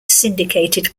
syndicated